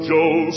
Joe